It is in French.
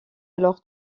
alors